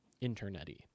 internet-y